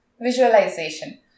Visualization